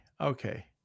Okay